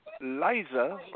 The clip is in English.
Liza